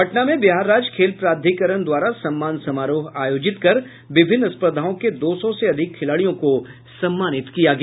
पटना में बिहार राज्य खेल प्राधिकरण द्वारा सम्मान समारोह आयोजित कर विभिन्न स्पर्धाओं के दो सौ से अधिक खिलाड़ियों को सम्मानित किया गया